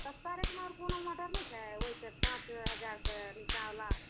सस्ता रेटमे आओर कोनो मोटर नहि छै ओहिसे पाँच हजार से नीचाँ वाला